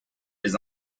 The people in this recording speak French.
des